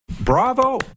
bravo